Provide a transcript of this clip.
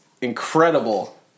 incredible